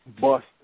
bust